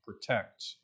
Protect